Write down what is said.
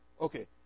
Okay